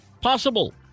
possible